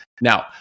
Now